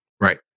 right